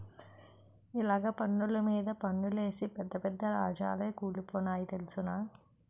ఇలగ పన్నులు మీద పన్నులేసి పెద్ద పెద్ద రాజాలే కూలిపోనాయి తెలుసునా